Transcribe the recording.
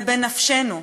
זה בנפשנו.